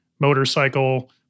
motorcycle